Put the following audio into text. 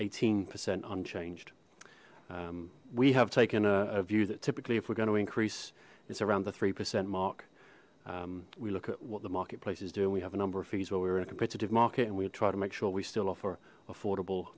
eighteen percent unchanged we have taken a view that typically if we're going to increase it's around the three percent mark we look at what the marketplace is doing we have a number of fees where we were in a competitive market and we try to make sure we still offer affordable